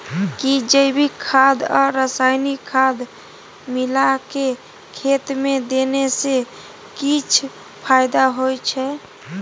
कि जैविक खाद आ रसायनिक खाद मिलाके खेत मे देने से किछ फायदा होय छै?